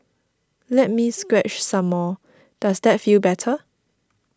let me scratch some more does that feel better